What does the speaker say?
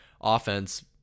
offense –